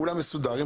אולם מסודר, עם